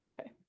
okay